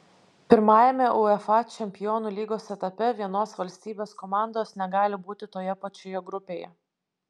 pirmajame uefa čempionų lygos etape vienos valstybės komandos negali būti toje pačioje grupėje